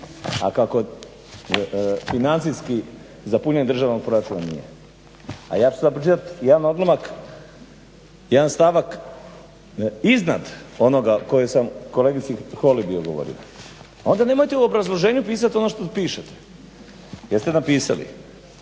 a kako financijski za punjenje državnog proračuna nije, a ja ću sad pročitati jedan odlomak, jedan stavak iznad onoga koji sam kolegici Holy bio govorio, onda nemojte u obrazloženju pisati ono što pišete, jer ste napisali